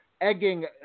egging